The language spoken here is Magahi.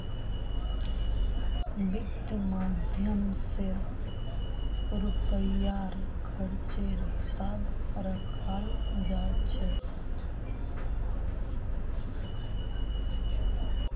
वित्त माध्यम स रुपयार खर्चेर हिसाब रखाल जा छेक